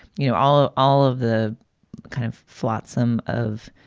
you know, all ah all of the kind of flotsam of.